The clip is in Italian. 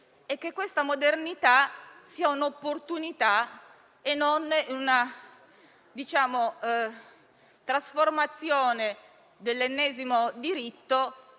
che la modernità sia un'opportunità e non la trasformazione dell'ennesimo diritto